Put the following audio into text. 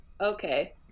Okay